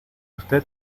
usted